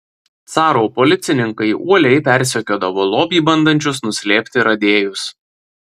caro policininkai uoliai persekiodavo lobį bandančius nuslėpti radėjus